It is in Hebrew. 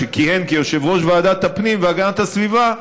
כשכיהן כיושב-ראש ועדת הפנים והגנת הסביבה,